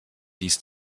dies